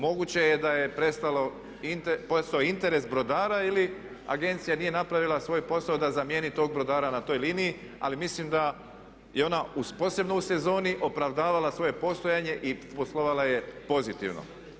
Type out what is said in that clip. Moguće da je prestao interes brodara ili agencije nije napravila svoj posao da zamijeni tog brodara na toj liniji, ali mislim da je ona posebno u sezoni opravdavala svoje postojanje i poslovala je pozitivno.